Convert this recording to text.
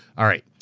alright,